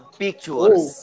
pictures